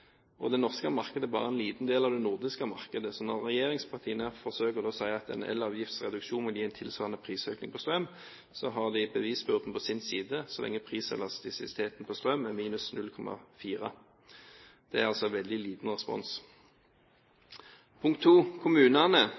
hele det norske markedet, og at det norske markedet bare er en liten del av det nordiske markedet. Når regjeringspartiene forsøker å si at en elavgiftsreduksjon vil gi en tilsvarende prisøkning på strøm, har de bevisbyrden på sin side. Så lenge priselastisiteten på strøm er på -0,4, er det altså en veldig liten respons. Neste punkt gjelder kommunene.